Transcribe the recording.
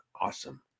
awesome